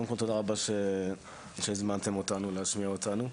קודם כל תודה רבה שהזמנתם אותנו להשמיע את קולנו.